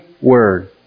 word